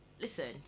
listen